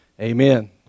amen